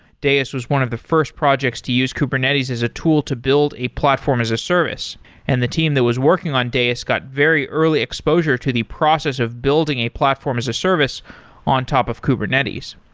deis was one of the first project to use kubernetes as a tool to build a platform as a service and the team that was working on deis got very early exposure to the process of building a platform as a service on top of kubernetes.